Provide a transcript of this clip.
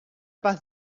paz